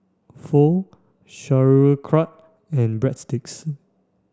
Pho Sauerkraut and Breadsticks